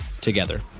together